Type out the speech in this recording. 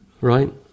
right